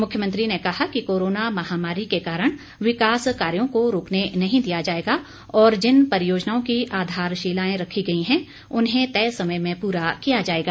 मुख्यमंत्री ने कहा कि कोरोना महामारी के कारण विकास कार्यो को रूकने नहीं दिया जाएगा और जिन परियोजनाओं की आधारशिलाएं रखी गई हैं उन्हें तय समय में पूरा किया जाएगा